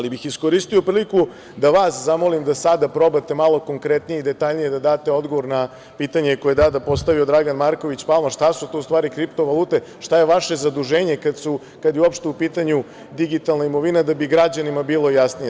Iskoristio bih priliku da vas zamolim da sada probate malo konkretnije i detaljnije da date odgovor na pitanje koje je tada postavio Dragan Marković Palma – šta su to u stvari kripto valute, šta je vaše zaduženje kada je uopšte u pitanju digitalna imovina, da bi građanima bilo jasnije?